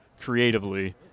creatively